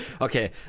Okay